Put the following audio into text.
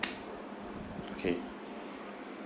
okay